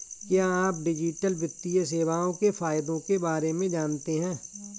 क्या आप डिजिटल वित्तीय सेवाओं के फायदों के बारे में जानते हैं?